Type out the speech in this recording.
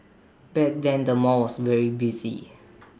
back then the mall was very busy